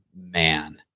man